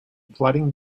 flooding